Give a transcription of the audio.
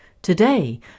Today